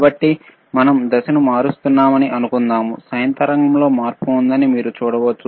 కాబట్టి మనం దశను మారుస్తున్నామని అనుకుందాం సైన్ తరంగాo లో మార్పు ఉందని మీరు చూడవచ్చు